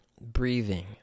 breathing